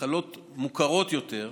מחלות מוכרות יותר,